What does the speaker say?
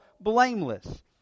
blameless